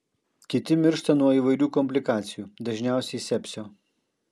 kiti miršta nuo įvairių komplikacijų dažniausiai sepsio